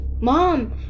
Mom